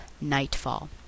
Nightfall